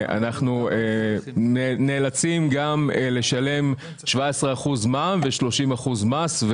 אנחנו נאלצים גם לשלם 17% מע"מ ו-30% מס.